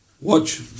Watch